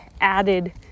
added